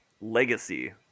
legacy